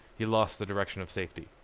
he lost the direction of safety.